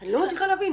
אני לא מצליחה להבין,